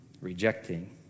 rejecting